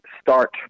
start